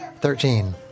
Thirteen